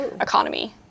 economy